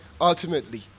Ultimately